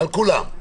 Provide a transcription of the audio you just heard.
על כולן.